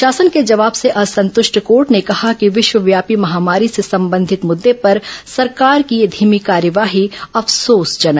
शासन के जवाब से असंतृष्ट कोर्ट ने कहा कि विश्वव्यापी महामारी से संबंधित मुद्दे पर सरकार की यह धीमी कार्यवाही अफसोसजनक है